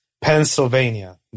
Pennsylvania